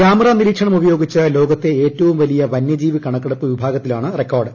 camera നിരീക്ഷണം ഉപയോഗിച്ച് ലോകത്തെ ഏറ്റവും വലിയ വന്യജീവി കണക്കെടുപ്പ് വിഭാഗത്തിലാണ് റിക്കോർഡ്